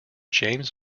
james